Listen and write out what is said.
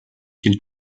qu’il